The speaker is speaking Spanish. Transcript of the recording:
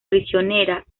prisionera